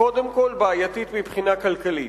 קודם כול בעייתית מבחינה כלכלית,